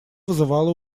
вызывало